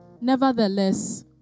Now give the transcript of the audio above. Nevertheless